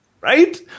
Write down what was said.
Right